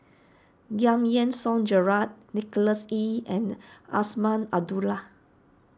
Giam Yean Song Gerald Nicholas Ee and Azman Abdullah